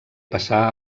passà